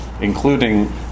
including